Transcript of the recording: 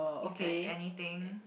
if there's anything